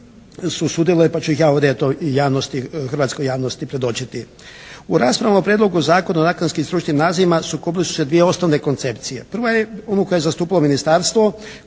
su sudjelovali pa ću ih ja ovdje eto i javnosti, hrvatskoj javnosti predočiti. U raspravama o Prijedlogu Zakona o akademskim stručnim nazivima sukobile su se dvije osnovne koncepcije. Prva je onu koju je zastupilo ministarstvo